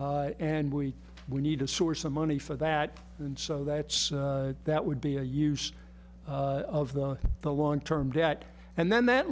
and we we need to source some money for that and so that's that would be a use of the the long term debt and then that